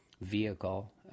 vehicle